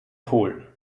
polen